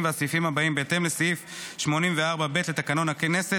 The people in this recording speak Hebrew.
והסעיפים הבאים בהתאם לסעיף 84(ב) לתקנון הכנסת.